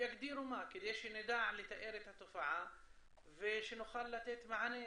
שיגדירו מה כדי שנדע לתאר את התופעה ושנוכל לתת מענה